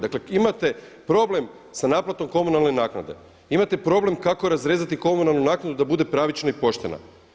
Dakle imate problem sa naplatom komunalne naknade, imate problem kako razrezati komunalnu naknadu da bude pravična i poštena.